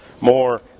more